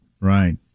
right